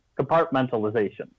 compartmentalization